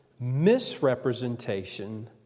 misrepresentation